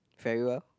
very well